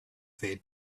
their